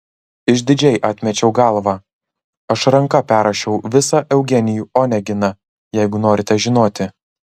išdidžiai atmečiau galvą aš ranka perrašiau visą eugenijų oneginą jeigu norite žinoti